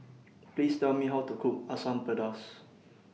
Please Tell Me How to Cook Asam Pedas